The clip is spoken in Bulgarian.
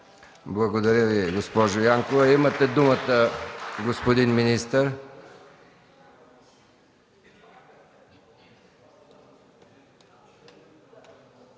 Благодаря Ви, госпожо Янкова. Имате думата, господин министър.